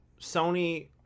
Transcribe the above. sony